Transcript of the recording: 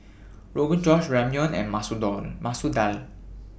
Rogan Josh Ramyeon and Masoor Door Masoor Dal